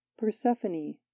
Persephone